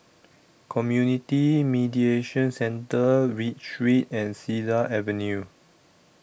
Community Mediation Centre Read Street and Cedar Avenue